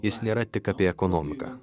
jis nėra tik apie ekonomiką